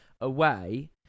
away